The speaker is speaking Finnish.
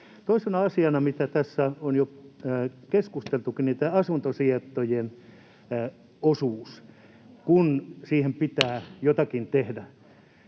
Toisena asiana, mistä tässä on jo keskusteltukin, on tämä asuntosijoittajien osuus, kun siihen pitää [Hälinää